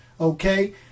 Okay